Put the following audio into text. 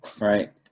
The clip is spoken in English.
right